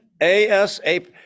ASAP